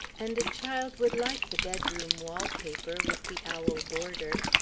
and a child would like the bedroom wallpaper, with the owl border.